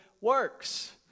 works